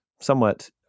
somewhat